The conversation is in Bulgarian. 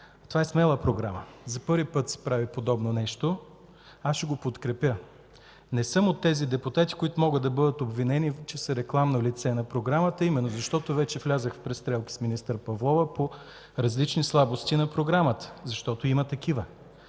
Това е смела програма, за първи път се прави подобно нещо. Аз ще го подкрепя. Не съм от тези депутати, които могат да бъдат обвинени, че са рекламно лице на програмата, защото вече влязох в престрелка с министър Павлова по различни слабости на програмата, защото има такива.